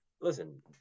Listen